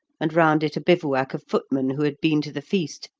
and round it a bivouac of footmen who had been to the feast,